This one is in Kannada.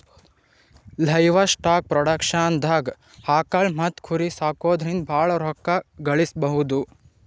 ಲೈವಸ್ಟಾಕ್ ಪ್ರೊಡಕ್ಷನ್ದಾಗ್ ಆಕುಳ್ ಮತ್ತ್ ಕುರಿ ಸಾಕೊದ್ರಿಂದ ಭಾಳ್ ರೋಕ್ಕಾ ಗಳಿಸ್ಬಹುದು